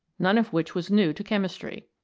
none of which was new to chemistry.